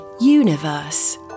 universe